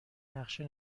نقشه